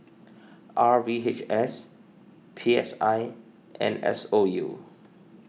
R V H S P S I and S O U